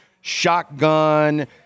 Shotgun